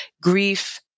grief